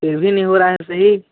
फिर भी नहीं हो रहा है सही